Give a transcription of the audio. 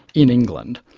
in england,